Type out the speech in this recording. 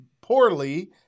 poorly